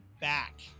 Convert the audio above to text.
back